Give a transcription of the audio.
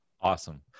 Awesome